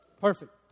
Perfect